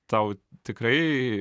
tau tikrai